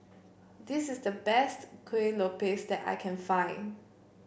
this is the best Kueh Lopes that I can find